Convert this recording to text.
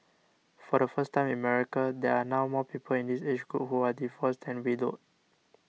for the first time in America there are now more people in this age group who are divorced than widowed